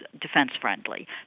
defense-friendly